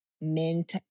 mint